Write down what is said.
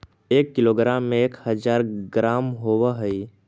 एक किलोग्राम में एक हज़ार ग्राम होव हई